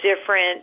different